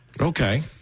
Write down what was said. Okay